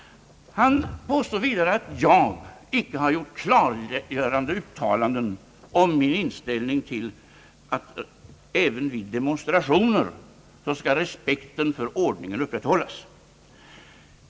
Han påstod vidare att jag inte klargjort min inställning att även vid demonstrationer skall respekten för ordningen upprätthållas.